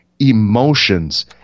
emotions